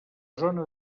zona